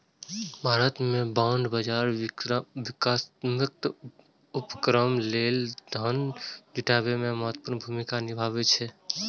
भारत मे बांड बाजार विकासात्मक उपक्रम लेल धन जुटाबै मे महत्वपूर्ण भूमिका निभाबै छै